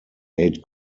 eight